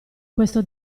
questo